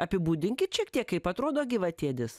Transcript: apibūdinkit šiek tiek kaip atrodo gyvatėdis